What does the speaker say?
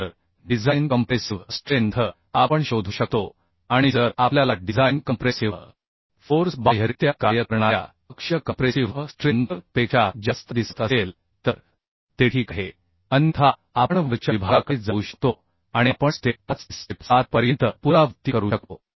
तर design compressive strength आपण शोधू शकतो आणि जर आपल्याला डिझाइन कंप्रेसिव्ह फोर्स बाह्यरित्या कार्य करणार्या अक्षीय कंप्रेसिव्ह स्ट्रेंथ पेक्षा जास्त दिसत असेल तर ते ठीक आहे अन्यथा आपण वरच्या विभागाकडे जाऊ शकतो आणि आपण स्टेप 5 ते स्टेप 7 पर्यंत पुनरावृत्ती करू शकतो